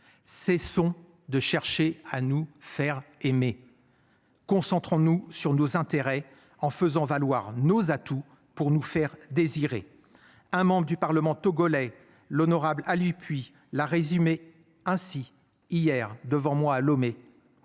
Cessons de chercher à nous faire aimer. Concentrons-nous sur nos intérêts en faisant valoir nos atouts pour nous faire désirer. Un membre du Parlement togolais l'honorable Ali puis la résumer ainsi hier devant moi à Lomé.